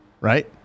Right